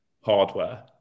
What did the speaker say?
hardware